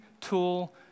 tool